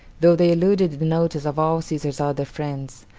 though they eluded the notice of all caesar's other friends,